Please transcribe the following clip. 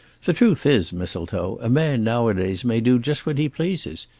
the truth is, mistletoe, a man now-a-days may do just what he pleases.